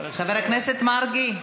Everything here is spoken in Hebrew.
חבר הכנסת מרגי,